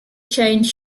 change